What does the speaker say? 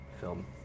film